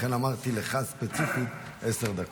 לכן אמרתי לך ספציפית עשר דקות.